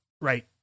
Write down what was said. right